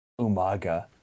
Umaga